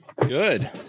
good